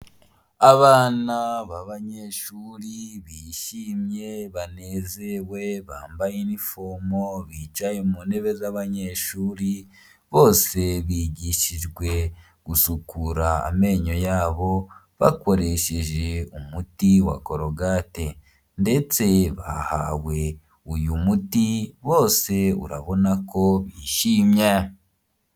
Abana b'banyeshuri bishimye, banezewe, bambaye inifomo, bicaye mu ntebe z'abanyeshuri. Bose bigishijwe gusukura amenyo yabo, bakoresheje umuti wa corogate. Ndetse bahawe uyu muti bose urabona ko bishimye.